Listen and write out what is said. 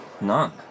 None